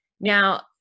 now